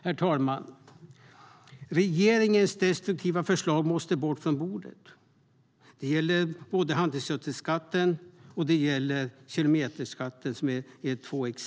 Herr talman! Regeringens destruktiva förslag måste bort från bordet. Det gäller både handelsgödselskatten och kilometerskatten.